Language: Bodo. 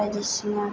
बायदिसिना